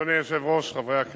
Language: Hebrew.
עבודה ורווחה?